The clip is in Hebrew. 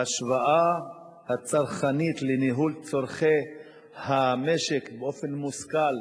שההשוואה הצרכנית לניהול צורכי המשק באופן מושכל,